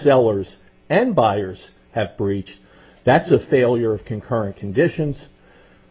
sellers and buyers have breached that's a failure of concurrent conditions